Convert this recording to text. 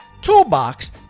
toolbox